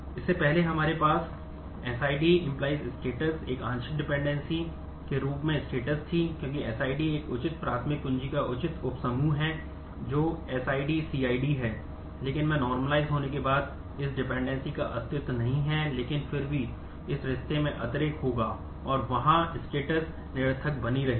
इससे पहले हमारे पास SID → status एक आंशिक डिपेंडेंसी होगा और वहाँ status निरर्थक बनी रहेगी